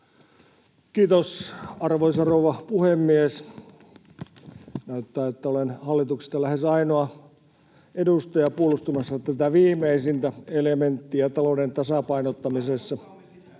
Kiitos, arvoisa rouva puhemies! Näyttää, että olen hallituksesta lähes ainoa edustaja puolustamassa tätä viimeisintä elementtiä talouden tasapainottamisessa.